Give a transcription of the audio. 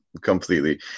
completely